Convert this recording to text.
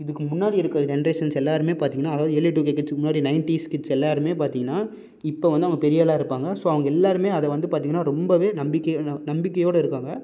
இதுக்கு முன்னாடி இருக்குற ஜென்ரேஷன்ஸ் எல்லாருமே பார்த்திங்கனா அதாவது இயர்லி டூ கே கிட்ஸ்க்கு முன்னாடி நயன்டிஸ் கிட்ஸ் எல்லாருமே பார்த்திங்கன்னா இப்போ வந்து அவங்க பெரிய ஆளாக இருப்பாங்க ஸோ அவங்க எல்லாருமே அதை வந்து பார்த்திங்கன்னா ரொம்பவே நம்பிக்கை நம்பிக்கையோடு இருக்காங்க